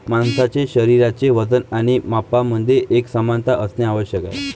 माणसाचे शरीराचे वजन आणि मापांमध्ये एकसमानता असणे आवश्यक आहे